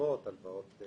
הלוואות ממונפות,